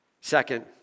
Second